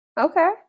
Okay